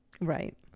Right